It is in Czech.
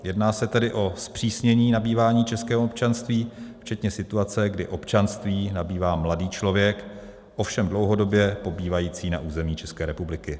Jedná se tedy o zpřísnění nabývání českého občanství včetně situace, kdy občanství nabývá mladý člověk, ovšem dlouhodobě pobývající na území České republiky.